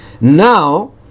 Now